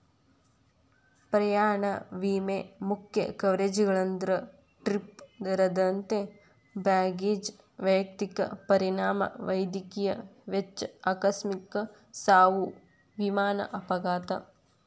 ಪ್ರಯಾಣ ವಿಮೆ ಮುಖ್ಯ ಕವರೇಜ್ಗಳಂದ್ರ ಟ್ರಿಪ್ ರದ್ದತಿ ಬ್ಯಾಗೇಜ್ ವೈಯಕ್ತಿಕ ಪರಿಣಾಮ ವೈದ್ಯಕೇಯ ವೆಚ್ಚ ಆಕಸ್ಮಿಕ ಸಾವು ವಿಮಾನ ಅಪಘಾತ